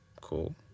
Cool